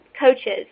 coaches